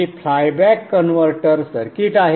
हे flyback converter circuit आहे